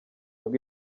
bwe